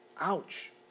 Ouch